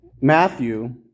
Matthew